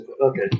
Okay